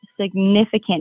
significant